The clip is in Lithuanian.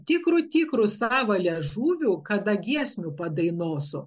tikru tikru sava liežuviu kada giesmę padainosiu